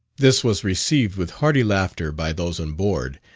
this was received with hearty laughter by those on board,